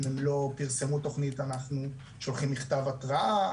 אם הם לא פרסמו תכנית אנחנו שולחים מכתב התראה.